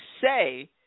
say